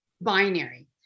Binary